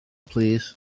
plîs